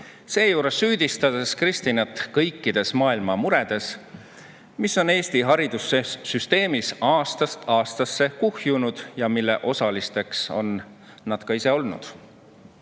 Seejuures süüdistades Kristinat kõikides maailma muredes, mis on Eesti haridussüsteemis aastast aastasse kuhjunud ja mille puhul nad on ka ise osalised